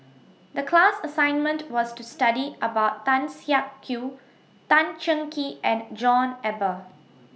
The class assignment was to study about Tan Siak Kew Tan Cheng Kee and John Eber